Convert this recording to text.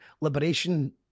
Liberation